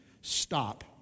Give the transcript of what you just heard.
stop